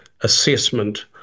assessment